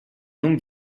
non